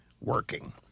working